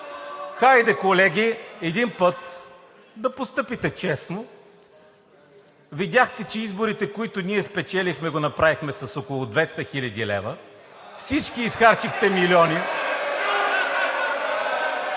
Хайде, колеги, един път да постъпите честно! Видяхте, че изборите, които ние спечелихме, го направихме с около 200 хил. лв. (силен шум, реплики